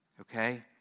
okay